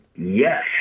yes